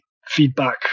feedback